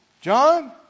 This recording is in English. John